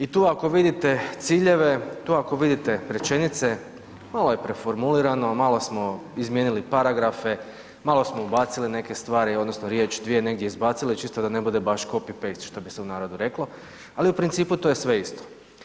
I tu ako vidite ciljeve, tu ako vidite rečenice malo je preformulirano, malo smo izmijenili paragrafe, malo smo ubacili neke stvari odnosno riječ, dvije negdje izbacili čisto da ne bude baš copy-paste što bi se u narodu reklo, ali u principu to je sve isto.